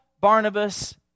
Barnabas